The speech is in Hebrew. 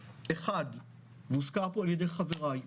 אחת, והוזכר פה על ידי חבריי,